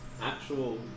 actual